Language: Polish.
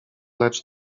lecz